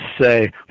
say